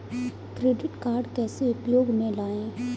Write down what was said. Credit card कैसे उपयोग में लाएँ?